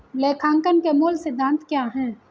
लेखांकन के मूल सिद्धांत क्या हैं?